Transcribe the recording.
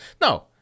No